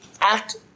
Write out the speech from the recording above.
act